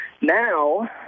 Now